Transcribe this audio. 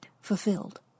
fulfilled